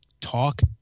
talk